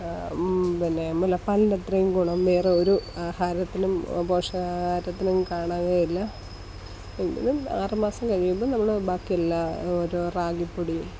പിന്നെ മുലപ്പാലിൻറെ അത്രയും ഗുണം വേറൊരു ആഹാരത്തിനും പോഷകാഹാരത്തിനും കാണാതെയില്ല എങ്കിലും ആറ് മാസം കഴിയുമ്പോൾ നമ്മൾ ബാക്കി എല്ലാ ഓരോ റാഗിപ്പൊടി